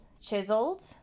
Chiseled